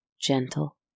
gentle